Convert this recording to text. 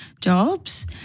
jobs